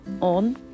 on